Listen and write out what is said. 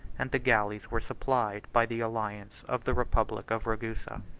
and the galleys were supplied by the alliance of the republic of ragusa.